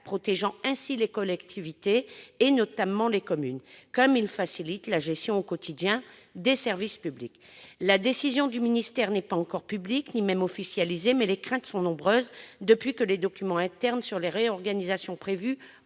protégeant ainsi les collectivités, notamment les communes, comme ils facilitent la gestion au quotidien des services publics. La décision du ministère n'est pas encore publique, ni même officialisée, mais les craintes sont nombreuses depuis que des documents internes sur les réorganisations prévues